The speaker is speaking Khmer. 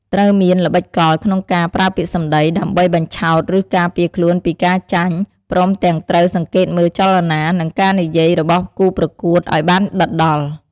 ត្រូវមាន ល្បិចកល ក្នុងការ ប្រើពាក្យសំដី ដើម្បី បញ្ឆោត ឬ ការពារខ្លួនពីការចាញ់ ព្រមទាំងត្រូវ សង្កេតមើលចលនា និង ការនិយាយរបស់គូប្រកួត ឲ្យបានដិតដល់។